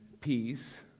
peace